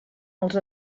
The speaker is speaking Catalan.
els